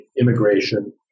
immigration